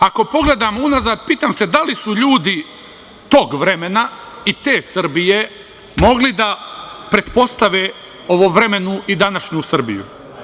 Ako pogledamo unazad, pitam se da li su ljudi tog vremena i te Srbije mogli da pretpostave ovom vremenu i današnju Srbiju?